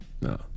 no